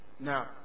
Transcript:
now